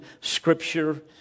Scripture